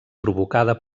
provocada